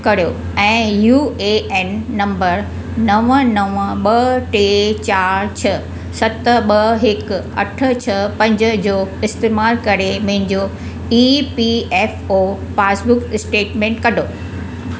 करियो ऐं U A N number नव नव ॿ टे चार छह सत ॿ हिकु अठ छह पंज जो इस्तेमालु करे मुंहिंजो E P F O passbook statement कढो